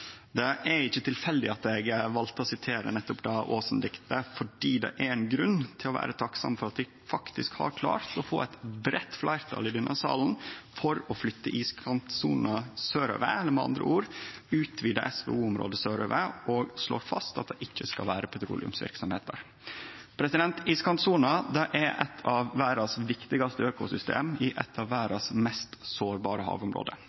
Det er ikkje tilfeldig at eg valde å sitere nettopp det Aasen-diktet, for det er ein grunn til å vere takksam for at vi faktisk har klart å få eit breitt fleirtal i denne salen for å flytte iskantsona sørover, med andre ord utvidar vi SVO-området sørover og slår fast at det ikkje skal vere petroleumsverksemd der. Iskantsona er eitt av verdas viktigaste økosystem i eitt av verdas mest sårbare havområde.